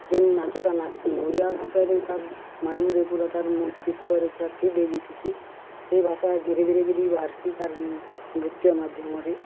ଯେନ୍ ନାଚ୍ଟା ନାଚ୍ସି ଓଡ଼ିଆ ଭାଷାରେ ତାର୍ ମାଇଣ୍ଡରେ ପୁରା ତାର୍ ମସ୍ତିଷ୍କରେ ଏ ପୁରା ଫିଟ୍ ହେଇଥିସି ସେ ଭାଷା ଧୀରେ ଧୀରେ କିିରି ବାହାରସି ତାର୍ ନୃତ୍ୟ ମାଧ୍ୟମରେ